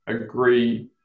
agree